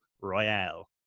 Royale